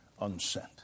unsent